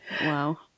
Wow